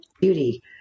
beauty